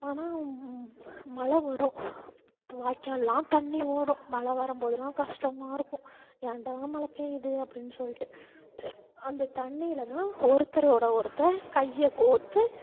ஆனால் மழை வரும் வாய்க்கால்லெலாம் தண்ணி ஓடும் மழை வரும் போதெலாம் கஷ்டமாக இருக்கும் ஏன்டா மழை பெய்து அப்படின்னு சொல்லிட்டு அந்த தண்ணியில் தான் ஒருத்தரோடு ஒருத்தர் கையை கோர்த்து